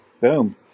boom